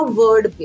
word